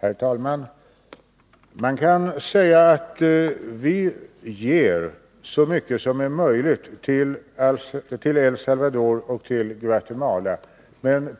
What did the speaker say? Herr talman! Man kan säga att vi ger så mycket som är möjligt till El Salvador och till Guatemala.